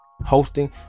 Hosting